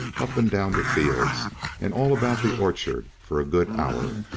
up and down the fields and all about the orchard, for a good hour.